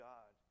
God